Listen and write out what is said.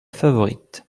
favorite